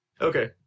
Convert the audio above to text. Okay